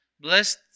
blessed